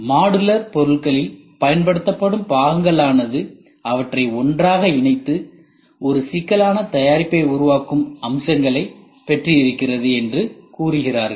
modular பொருட்களில் பயன்படுத்தப்படும் பாகங்கள் ஆனது அவற்றை ஒன்றாக இணைத்து ஒரு சிக்கலான தயாரிப்பை உருவாக்கும் அம்சங்களைப் பெற்று இருக்கிறது என்று கூறுகிறார்கள்